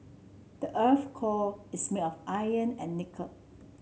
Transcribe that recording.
the earth core is made of iron and nickel